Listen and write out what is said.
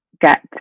get